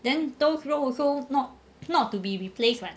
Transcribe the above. then those role also not not to be replaced [what]